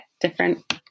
different